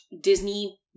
Disney